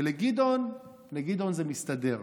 ולגדעון, לגדעון זה מסתדר.